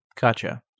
Gotcha